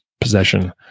possession